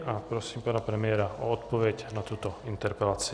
A prosím pana premiéra o odpověď na tuto interpelaci.